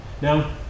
Now